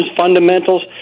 fundamentals